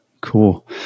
Cool